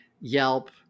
Yelp